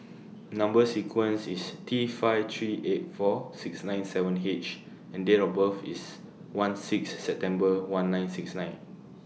Number sequence IS T five three eight four six nine seven H and Date of birth IS one six September one nine six nine